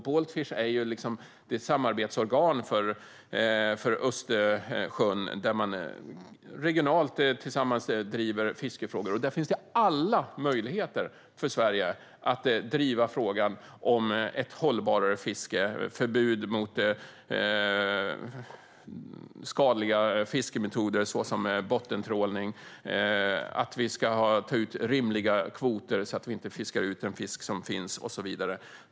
Baltfish är ett samarbetsorgan för Östersjön, där man tillsammans regionalt driver fiskefrågor. Där finns alla möjligheter för Sverige att driva frågan om ett mer hållbart fiske, förbud mot skadliga fiskemetoder såsom bottentrålning, att vi ska ta ut rimliga kvoter så att vi inte fiskar ut den fisk som finns och så vidare.